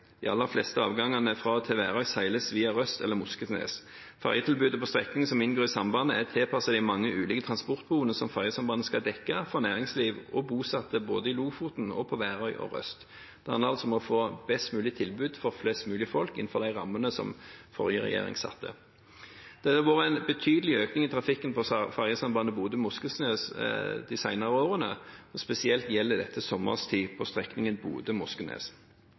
De aller fleste avgangene fra og til Værøy seiles via Røst eller Moskenes. Ferjetilbudet på strekningen som inngår i sambandet, er tilpasset de mange ulike transportbehovene som ferjesambandet skal dekke for næringsliv og bosatte både i Lofoten og på Værøy og Røst. Det handler altså om å få et best mulig tilbud for flest mulig innenfor de rammene som forrige regjering satte. Det har vært en betydelig økning i trafikken på ferjesambandet Bodø–Moskenes de senere årene, spesielt gjelder dette sommerstid på strekningen